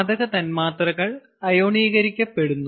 വാതക തന്മാത്രകൾ അയോണീകരിക്കപ്പെടുന്നു